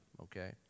okay